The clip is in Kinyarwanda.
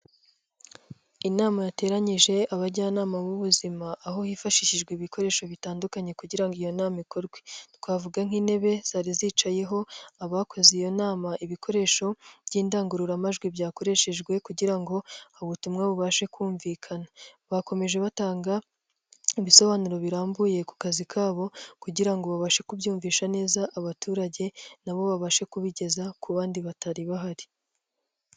Inama yateranyije abajyanama b'ubuzima aho hifashishijwe ibikoresho bitandukanye kugira ngo iyo nama ikorwe, twavuga nk'intebe zari zicayeho abakoze iyo nama, ibikoresho by'indangururamajwi byakoreshejwe kugira ngo ubutumwa bubashe kumvikana, bakomeje batanga ibisobanuro birambuye ku kazi kabo kugira ngo babashe kubyumvisha neza abaturage na bo babashe kubigeza ku bandi batari bahari.